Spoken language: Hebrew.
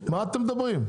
מה אתם מדברים?